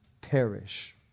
perish